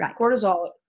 Cortisol